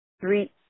three